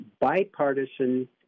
bipartisan